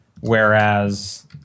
Whereas